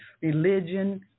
religion